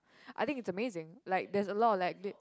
I think it's amazing like there's a lot like they